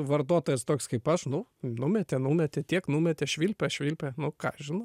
vartotojas toks kaip aš nu numetė numetė tiek numetė švilpia švilpia nu ką aš žinau